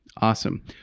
Awesome